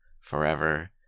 forever